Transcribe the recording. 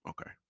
Okay